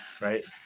right